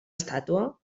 estàtua